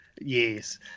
yes